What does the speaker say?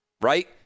right